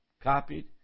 copied